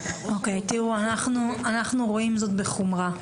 אוקיי, תראו, אנחנו רואים זאת בחומרה.